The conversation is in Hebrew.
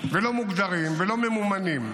ולא מוגדרים ולא ממומנים.